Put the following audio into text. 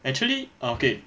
actually okay